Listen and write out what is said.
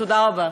תודה רבה.